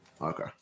Okay